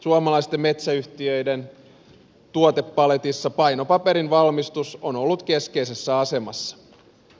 suomalaisten metsäyhtiöiden tuotepaletissa painopaperin valmistus on ollut keskeisessä asemassa